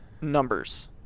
numbers